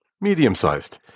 medium-sized